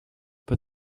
but